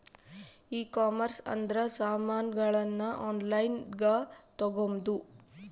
ಈ ಕಾಮರ್ಸ್ ಅಂದ್ರ ಸಾಮಾನಗಳ್ನ ಆನ್ಲೈನ್ ಗ ತಗೊಂದು